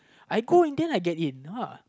I go in the end I get in lah